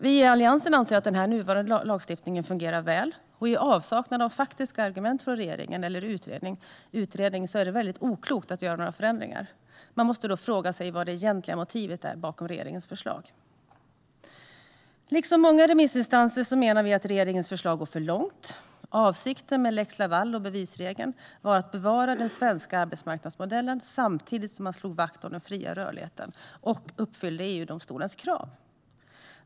Vi i Alliansen anser att den nuvarande lagstiftningen fungerar väl och att det i avsaknad av faktiska argument från regeringen eller en utredning är oklokt att göra några förändringar. Man måste då fråga sig vad det egentliga motivet är bakom regeringens förslag. Liksom många remissinstanser menar vi att regeringens förslag går för långt. Avsikten med lex Laval och bevisregeln var att bevara den svenska arbetsmarknadsmodellen samtidigt som man slog vakt om den fria rörligheten och uppfyllde EU-domstolens krav.